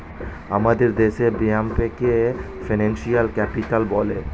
আমাদের দেশে বোম্বেকে ফিনান্সিয়াল ক্যাপিটাল বলে